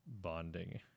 bonding